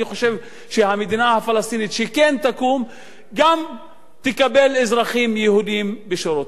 אני חושב שהמדינה הפלסטינית שכן תקום גם תקבל אזרחים יהודיים בשורותיה.